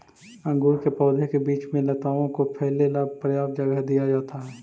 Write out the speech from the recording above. अंगूर के पौधों के बीच में लताओं को फैले ला पर्याप्त जगह दिया जाता है